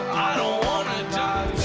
don't wanna die